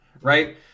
right